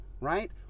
right